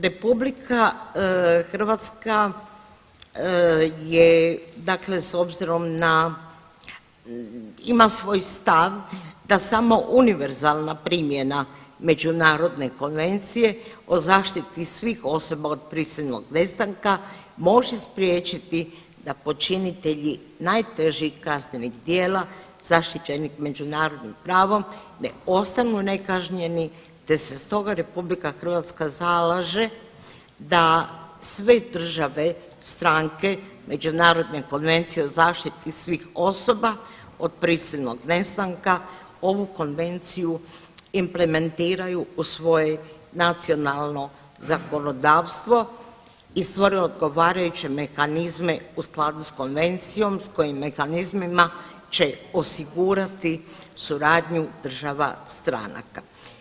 Republika Hrvatska je dakle s obzirom na ima svoj stav da samo univerzalna primjena Međunarodne konvencije o zaštiti svih osoba od prisilnog nestanka može spriječiti da počinitelji najtežih kaznenih djela zaštićenih međunarodnim pravom ne ostanu nekažnjeni te se stoga Republika Hrvatska zalaže da sve države stranke Međunarodne konvencije o zaštiti svih osoba od prisilnog nestanka ovu Konvenciju implementiraju u svoje nacionalno zakonodavstvo i stvore odgovarajuće mehanizme u skladu s Konvencijom s kojim mehanizmima će osigurati suradnju država stranaka.